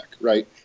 right